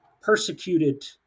persecuted